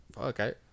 okay